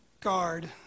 guard